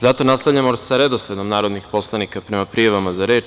Zato nastavljamo sa redosledom narodnih poslanika prema prijavama za reč?